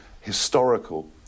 historical